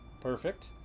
Perfect